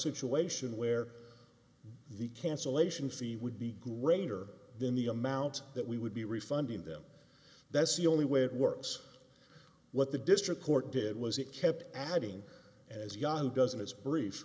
situation where the cancellation fee would be greater than the amount that we would be refunding them that's the only way it works what the district court did was it kept adding as yon doesn't as brief